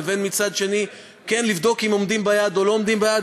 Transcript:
ומצד שני כן לבדוק אם עומדים ביעד או לא עומדים ביעד,